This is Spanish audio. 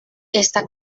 esta